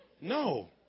No